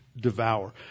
devour